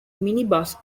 minibus